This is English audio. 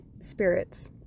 spirits